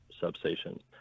substation